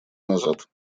назад